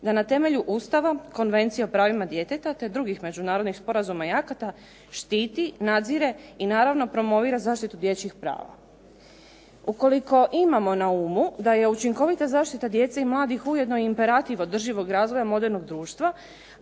da na temelju Ustava, Konvencije o pravima djeteta, te drugih međunarodnih sporazuma i akata štiti, nadzire i naravno promovira zaštitu dječjih prava. Ukoliko imamo na umu da je učinkovita zaštita djece i mladin ujedno imperativ održivog razvoja modernog društva